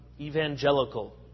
evangelical